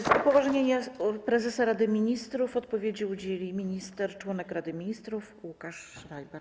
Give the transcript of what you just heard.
Z upoważnienia prezesa Rady Ministrów odpowiedzi udzieli minister - członek Rady Ministrów Łukasz Schreiber.